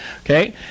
Okay